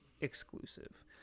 exclusive